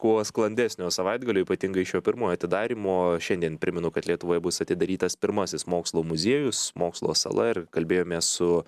kuo sklandesnio savaitgalio ypatingai šio pirmojo atidarymo šiandien primenu kad lietuvoje bus atidarytas pirmasis mokslo muziejus mokslo sala ir kalbėjomės su